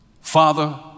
Father